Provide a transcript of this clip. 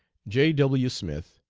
j. w. smith,